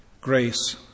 grace